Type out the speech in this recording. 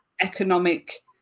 economic